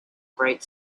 bright